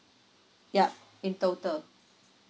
yup in total